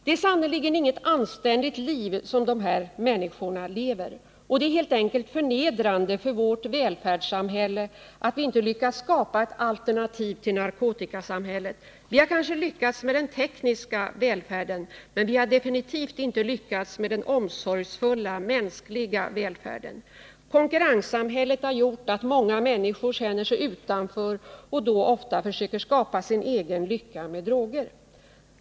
Det är sannerligen inget anständigt liv de här människorna lever. Det är helt enkelt förnedrande för vårt välfärdssamhälle att vi inte lyckats skapa ett alternativ till narkotikasamhället. Vi har kanske lyckats med den tekniska välfärden, men vi har definitivt inte lyckats med den omsorgsfulla, mänskliga välfärden. Konkurrenssamhället har gjort att många människor känner sig utanför, och de försöker då ofta skapa sin egen lycka med droger.